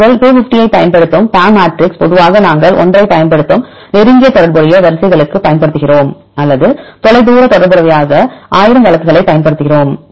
நீங்கள் 250 ஐப் பயன்படுத்தும் PAM மேட்ரிக்ஸ் பொதுவாக நாங்கள் 1 ஐப் பயன்படுத்தும் நெருங்கிய தொடர்புடைய வரிசைகளுக்குப் பயன்படுத்தப்படுகிறோம் அல்லது தொலைதூர தொடர்புடையவையாக 1000 வழக்குகளைப் பயன்படுத்துகிறோம்